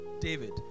David